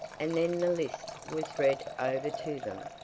and then the list was read over to them,